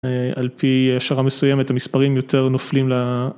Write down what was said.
על פי השערה מסוימת, המספרים יותר נופלים.